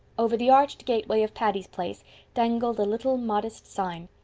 over the arched gateway of patty's place dangled a little, modest sign.